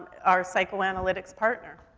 our psychoanalytics partner.